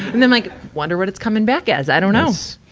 and i'm like, wonder what it's coming back as. i dunno. yes.